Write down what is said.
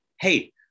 hey